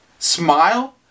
smile